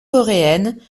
coréenne